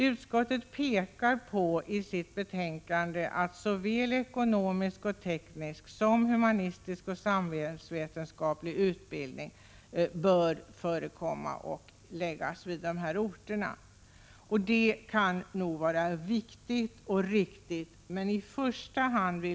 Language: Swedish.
Utskottet pekar i betänkandet på att såväl ekonomisk och teknisk som humanistisk och samhällsvetenskaplig utbildning bör förläggas till utbild ningsorterna. Det kan nog vara viktigt och riktigt, men jag vill betona att vad Prot.